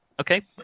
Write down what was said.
Okay